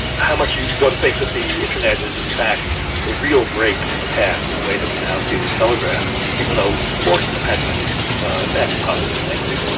how much one thinks that the internet is in fact a real break from the past in the way that we now see the telegraph. even though it was important and had many effects, positive and negative,